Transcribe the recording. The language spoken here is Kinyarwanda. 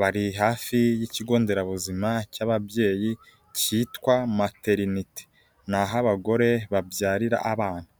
bari hafi y'ikigo nderabuzima cy'ababyeyi cyitwa materinite, ni aho abagore babyarira abana.